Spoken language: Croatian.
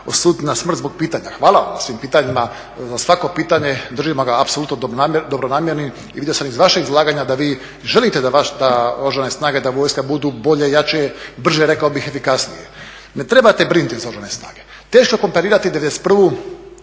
na smrt zbog pitanja, hvala vam na svim pitanjima, za svako pitanje držimo ga apsolutno dobronamjernim i vidio sam i iz vašeg izlaganja da vi želite da Oružane snage, da vojska budu bolje, jače, brže rekao bih i efikasnije. Ne trebate brinuti za Oružane snage. Teško je komparirati 91.